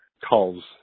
Calls